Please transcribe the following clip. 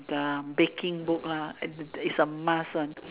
the baking book lah is a must ah